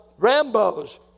Rambos